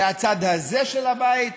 והצד הזה של הבית,